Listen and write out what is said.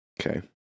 Okay